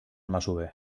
masover